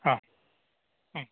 ആ